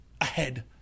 ahead